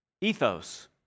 Ethos